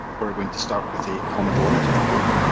are going to start with a comma delimited report,